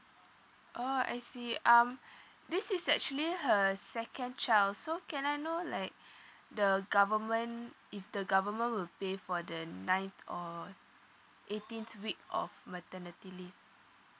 oh I see um this is actually her second child so can I know like the government if the government will pay for the ninth or eighteenth week of maternity leave